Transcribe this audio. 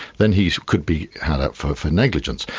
then he could be held up for for negligence.